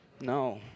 no